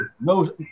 No